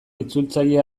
itzultzaile